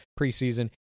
preseason